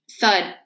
Thud